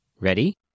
Ready